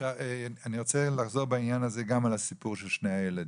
אני רוצה לחזור בעניין הזה גם על הסיפור של שני הילדים.